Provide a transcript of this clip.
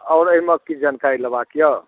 आओर एहिमे किछु जानकारी लेबाक यए